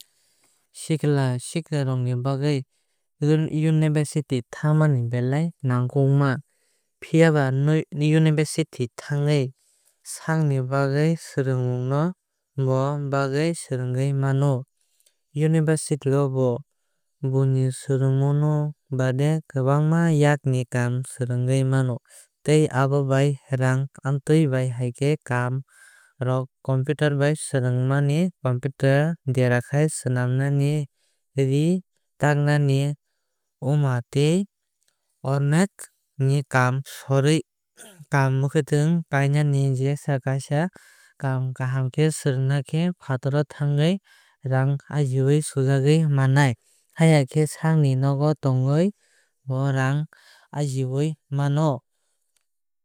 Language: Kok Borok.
Sikla siklirokni bagwi university thangnani belai nangkukya. Phiyaba university thangkhai sakni bagwi swrungmung no bo bangrwui mano. University boi ni swrungmung baade bo kwbangma yakni kaam swrungwui mano. Tai abo bai raang amtwui bai haikhai kaam rok computer bai swrwngmani computer bai swuinani computer derakhai swnamnani ree taknani oma tei onek ni kaam sorwi kaam mwkhuitwng kaimani jesa kaisa kaam kaham khe swrung khe fataro thangwui raang ajinani sujuk mannai. Haiya khe saakni nogo tongwui bo raang ajiui mano.